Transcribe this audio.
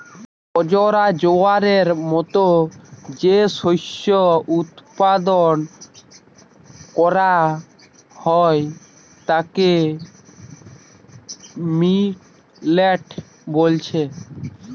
বাজরা, জোয়ারের মতো যে শস্য উৎপাদন কোরা হয় তাকে মিলেট বলছে